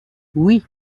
oui